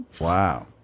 Wow